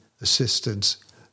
assistance